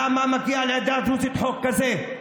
למה מגיע לעדה הדרוזית חוק כזה?